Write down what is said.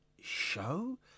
show